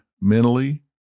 mentally